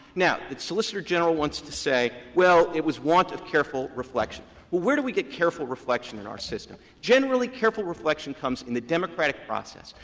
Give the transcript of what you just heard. now the solicitor general wants to say well, it was want of careful reflection? well, where do we get careful reflection in our system? generally, careful reflection comes in the democratic process.